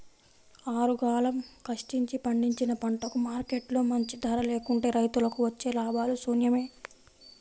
ఆరుగాలం కష్టించి పండించిన పంటకు మార్కెట్లో మంచి ధర లేకుంటే రైతులకు వచ్చే లాభాలు శూన్యమే